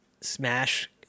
Smash